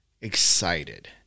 excited